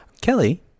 Kelly